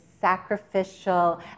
sacrificial